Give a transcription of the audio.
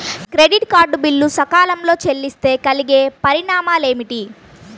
Credit card bill సకాలంలో చెల్లిస్తే కలిగే పరిణామాలేమిటి?